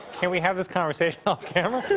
can we have this conversation off camera.